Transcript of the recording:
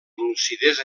lucidesa